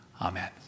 Amen